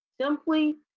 simply